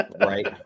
Right